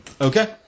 Okay